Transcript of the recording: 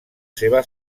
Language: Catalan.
seva